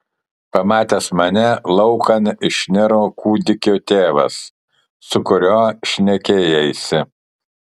pamatęs mane laukan išniro kūdikio tėvas su kuriuo šnekėjaisi